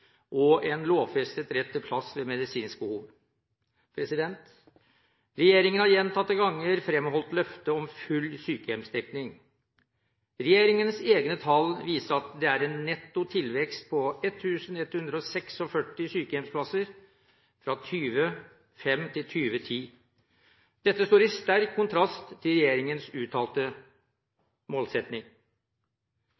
og en lovfestet rett til plass ved medisinsk behov. Regjeringen har gjentatte ganger fremholdt løftet om full sykehjemsdekning. Regjeringens egne tall viser at det er en netto tilvekst på 1 146 sykehjemsplasser fra 2005 til 2010. Dette står i sterk kontrast til regjeringens uttalte